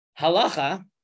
halacha